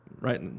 right